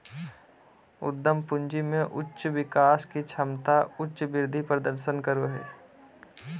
उद्यम पूंजी में उच्च विकास के क्षमता उच्च वृद्धि प्रदर्शन करो हइ